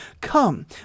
Come